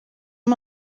amb